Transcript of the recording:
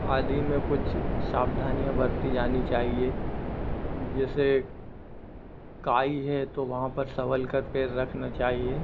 आदि में कुछ सावधानियाँ बरती जानी चाहिए जैसे काई है तो वहाँ पर संभलकर पैर रखना चाहिए